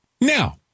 Now